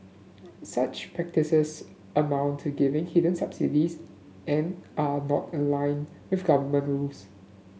such practices amount to giving hidden subsidies and are not in line with government rules